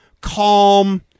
calm